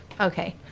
okay